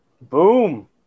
Boom